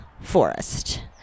forest